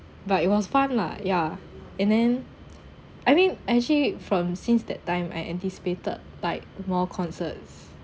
but it was fun lah ya and then I mean actually from since that time I anticipated like more concerts